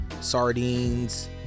sardines